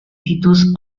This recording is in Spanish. titus